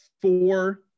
four